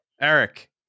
Eric